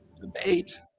Debate